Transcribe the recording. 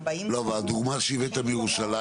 אבל הדוגמה שהבאת מירושלים?